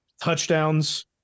touchdowns